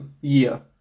year